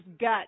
gut